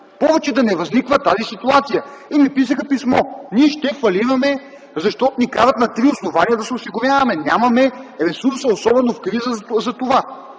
повече да не възниква тази ситуация. Писаха ми писмо: „Ние ще фалираме, защото ни карат на три основания да се осигуряваме. Нямаме ресурса за това, особено в криза.” Нека